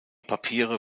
papiere